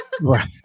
Right